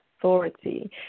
authority